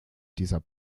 dieser